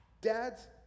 dads